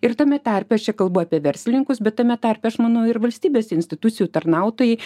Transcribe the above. ir tame tarpe aš čia kalbu apie verslininkus bet tame tarpe aš manau ir valstybės institucijų tarnautojai